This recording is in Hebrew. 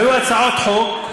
והיו הצעות חוק,